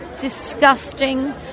disgusting